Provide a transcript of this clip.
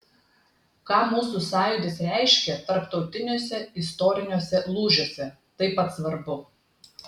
ką mūsų sąjūdis reiškė tarptautiniuose istoriniuose lūžiuose taip pat svarbu